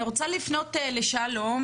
אני רוצה לפנות לשלום